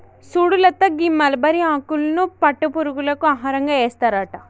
సుడు లత గీ మలబరి ఆకులను పట్టు పురుగులకు ఆహారంగా ఏస్తారట